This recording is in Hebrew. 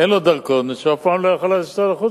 אין לו דרכון משום שאף פעם הוא לא יכול לנסוע לחוץ-לארץ.